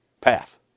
path